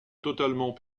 totalement